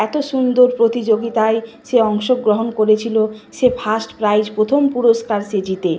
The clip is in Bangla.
এত সুন্দর প্রতিযোগিতায় সে অংশগ্রহণ করেছিল সে ফার্স্ট প্রাইজ প্রথম পুরস্কার সে জিতে